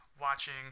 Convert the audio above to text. watching